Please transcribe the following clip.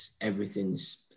everything's